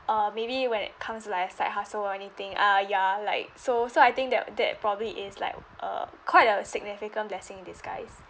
uh maybe when it comes like a side hustle or anything ah ya like so so I think that that probably is like uh quite a significant blessing in disguise